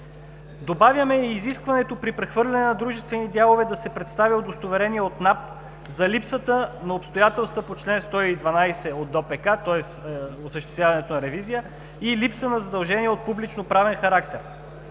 Добавяме и изискването при прехвърляне на дружествени дялове да се представя удостоверение от Националната агенция за приходите за липсата на обстоятелства по чл. 112 от ДОПК – осъществяването на ревизия и липса на задължения от публично-правен характер.